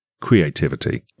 creativity